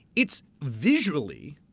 it's visually